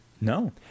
No